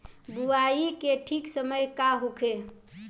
बुआई के ठीक समय का होखे?